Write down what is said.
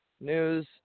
news